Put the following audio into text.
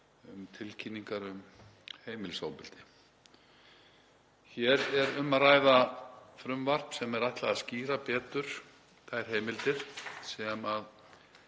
um tilkynningar um heimilisofbeldi. Hér er um að ræða frumvarp sem er ætlað að skýra betur þær heimildir sem